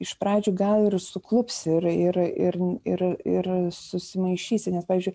iš pradžių gal ir suklupsi ir ir ir ir ir susimaišysi nes pavyzdžiui